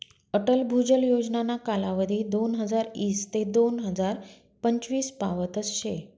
अटल भुजल योजनाना कालावधी दोनहजार ईस ते दोन हजार पंचवीस पावतच शे